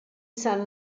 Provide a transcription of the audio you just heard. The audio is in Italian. saint